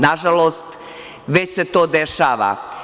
Nažalost, već se to dešava.